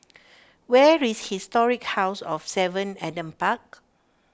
where is Historic House of Seven Adam Park